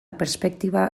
perspektiba